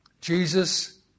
Jesus